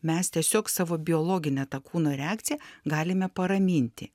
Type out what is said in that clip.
mes tiesiog savo biologinę tą kūno reakciją galime paraminti